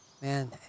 man